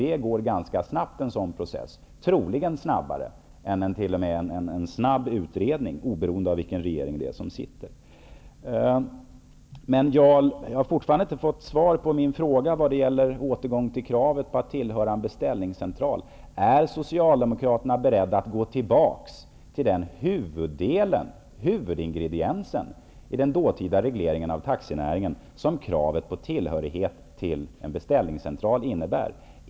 Jag vill påstå att en sådan process är ganska snabb, t.o.m. snabbare än en snabb utredning, oberoende av vilken regering som sitter. Jag har, Jarl Lander, fortfarande inte fått svar på min fråga om återgång till kravet på anslutning till en beställningscentral. Är Socialdemokraterna beredda att gå tillbaks till den huvudingrediens i den förutvarande regleringen av taxinäringen som kravet på tillhörighet till en beställningscentral innebär?